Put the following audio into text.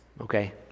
okay